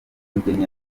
mugeni